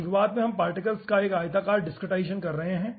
तो शुरुआत में हम पार्टिकल्स का एक आयताकार डिसक्रीटाईजेसन कर रहे हैं